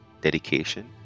dedication